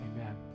Amen